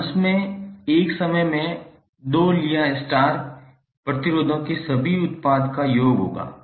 अंश में एक समय में 2 लिया स्टार प्रतिरोधों के सभी उत्पाद का योग होगा